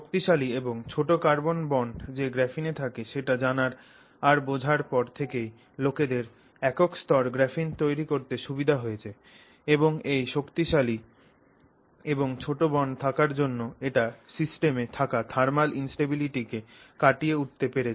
শক্তিশালী এবং ছোট কার্বন কার্বন বন্ড যে গ্রাফিনে থাকে সেটা জানার আর বোঝার পর থেকেই লোকেদের একক স্তর গ্রাফিন তৈরি করতে সুবিধা হয়েছে এবং এই শক্তিশালী এবং ছোট বন্ড থাকার জন্য এটা সিস্টেমে থাকা থার্মাল ইনস্টেবিলিটি কে কাটিয়ে উঠতে পেরেছে